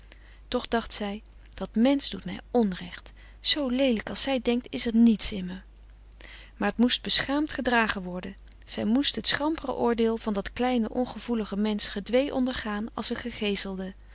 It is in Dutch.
toch dacht zij dat mensch doet mij onrecht zoo leelijk als zij denkt is er niets in me maar het moest beschaamd gedragen worden zij moest het schampere oordeel van dat kleine ongevoelige mensch gedwee ondergaan als een